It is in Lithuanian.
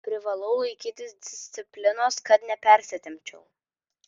privalau laikytis disciplinos kad nepersitempčiau